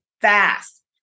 fast